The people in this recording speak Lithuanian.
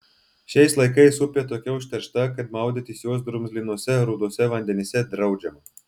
šiais laikais upė tokia užteršta kad maudytis jos drumzlinuose ruduose vandenyse draudžiama